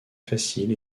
facile